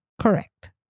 Correct